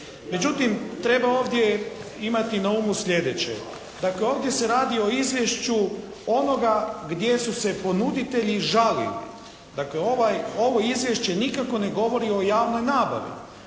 Međutim, treba ovdje imati na umu sljedeće. Dakle ovdje se radi o izvješću onoga gdje su se ponuditelji žalili, dakle ovo izvješće nikako ne govori o javnoj nabavi.